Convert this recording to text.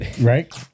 Right